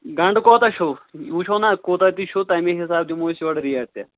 گَنڈٕ کوتاہ چھُو یہِ وٕچھو نہ کوتاہ تہِ چھُو تمی حِسابہٕ دِمو أسۍ یورٕ ریٹ تہِ